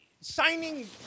signing